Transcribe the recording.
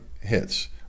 hits